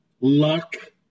Luck